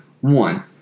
One